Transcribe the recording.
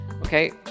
okay